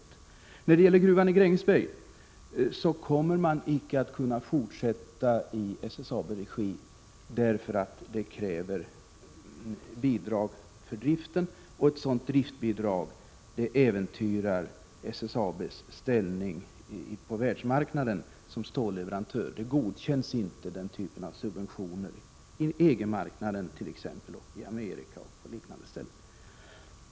Gruvan i Grängesberg kommer icke att kunna fortsätta i SSAB:s regi, därför att det kräver bidrag för driften, och ett sådant bidrag äventyrar SSAB:s ställning på världsmarknaden som stålleverantör. Den typen av subventioner godkänns inte inom EG-marknaden och Amerika och liknande ställen.